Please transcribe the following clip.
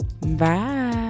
Bye